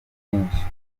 byinshi